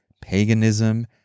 Paganism